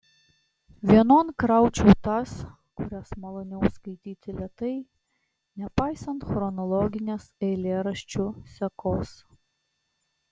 vienon kraučiau tas kurias maloniau skaityti lėtai nepaisant chronologinės eilėraščių sekos